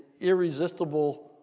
irresistible